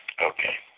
Okay